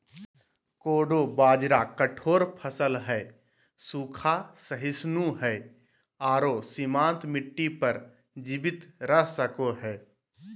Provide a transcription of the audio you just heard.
कोडो बाजरा कठोर फसल हइ, सूखा, सहिष्णु हइ आरो सीमांत मिट्टी पर जीवित रह सको हइ